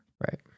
Right